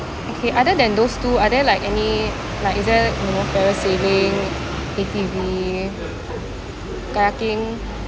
okay other than those two are there like any like is there you know parasailing A_T_V kayaking